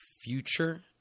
future